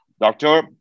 doctor